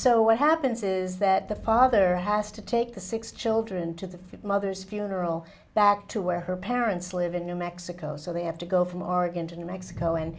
so what happens is that the father has to take the six children to the mother's funeral back to where her parents live in new mexico so they have to go from our going to new mexico and